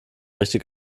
richtig